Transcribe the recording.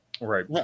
right